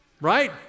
Right